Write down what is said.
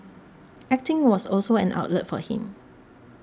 acting was also an outlet for him